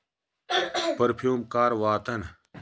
perfume کَر واتَن